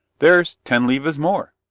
there's ten levas more.